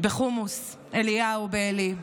בחומוס אליהו בעלי.